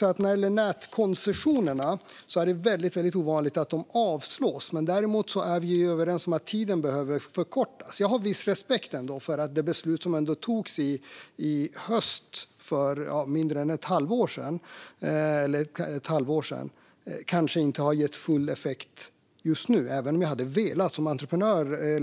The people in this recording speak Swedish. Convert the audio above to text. Det är väldigt ovanligt att nätkoncessioner avslås. Däremot är vi överens om att tiden behöver förkortas. Jag har ändå viss respekt för att det beslut som fattades i höstas, för mindre än ett halvår sedan, kanske ännu inte har gett full effekt, även om jag hade velat det. Som